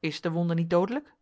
is de wonde niet dodelijk